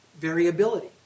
variability